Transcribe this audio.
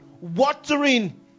watering